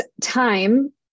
time